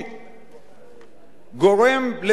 גורם לפגיעה בהרבה ערכים אחרים.